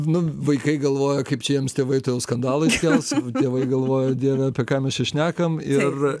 nu vaikai galvoja kaip čia jiems tėvai tuojau skandalą iškels tėvais galvoja dieve apie ką mes čia šnekam ir